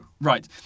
Right